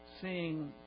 seeing